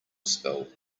spill